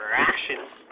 rations